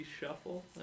Shuffle